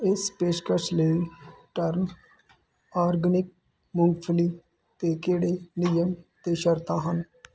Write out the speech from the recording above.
ਇਸ ਪੇਸ਼ਕਸ਼ ਲਈ ਟਰਨ ਆਰਗੈਨਿਕ ਮੂੰਗਫਲੀ 'ਤੇ ਕਿਹੜੇ ਨਿਯਮ ਅਤੇ ਸ਼ਰਤਾਂ ਹਨ